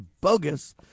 bogus